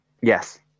Yes